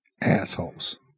assholes